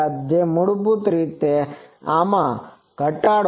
તેથી મૂળભૂત રીતે આમાં ઘટાડો છે